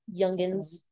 youngins